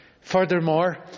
Furthermore